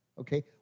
okay